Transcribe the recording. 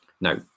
Now